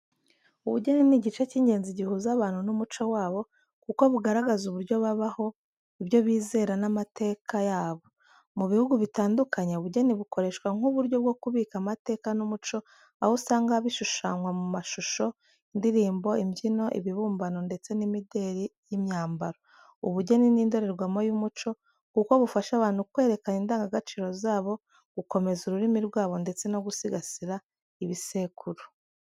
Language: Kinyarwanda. Ubugeni ni igice cy’ingenzi gihuza abantu n’umuco wabo, kuko bugaragaza uburyo babaho, ibyo bizera n’amateka yabo. Mu bihugu bitandukanye, ubugeni bukoreshwa nk’uburyo bwo kubika amateka n’umuco, aho usanga bishushanwa mu mashusho, indirimbo, imbyino, ibibumbano ndetse n’imideli y’imyambaro. Ubugeni ni indorerwamo y’umuco, kuko bufasha abantu kwerekana indangagaciro zabo, gukomeza ururimi rwabo ndetse no gusigasira ibisekuru.